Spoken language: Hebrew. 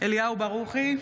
אליהו ברוכי,